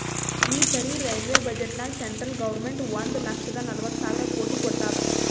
ಈ ಸರಿ ರೈಲ್ವೆ ಬಜೆಟ್ನಾಗ್ ಸೆಂಟ್ರಲ್ ಗೌರ್ಮೆಂಟ್ ಒಂದ್ ಲಕ್ಷದ ನಲ್ವತ್ ಸಾವಿರ ಕೋಟಿ ಕೊಟ್ಟಾದ್